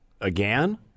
again